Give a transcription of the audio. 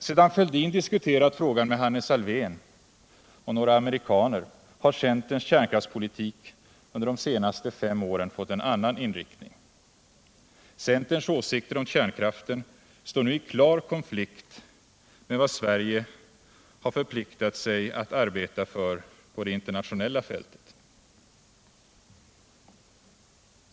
Sedan Fälldin diskuterat frågan med Hannes Alfvén och några amerikaner har ju centerns kärnkraftspolitik under de senaste fem åren fått en annan inriktning. Centerns åsikter om kärnkraften står nu i klar motsats till vad Sverige har förpliktat sig att arbeta för på det internationella fältet.